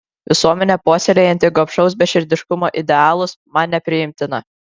visuomenė puoselėjanti gobšaus beširdiškumo idealus man nepriimtina